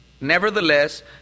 Nevertheless